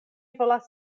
volas